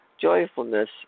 joyfulness